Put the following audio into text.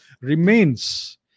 remains